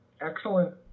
excellent